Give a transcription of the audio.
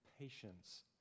patience